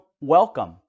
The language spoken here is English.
welcome